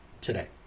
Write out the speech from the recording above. today